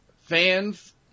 fans